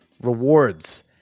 rewards